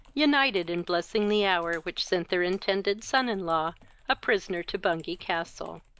united in blessing the hour which sent their intended son-in-law a prisoner to bungay-castle.